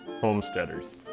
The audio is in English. homesteaders